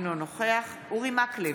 אינו נוכח אורי מקלב,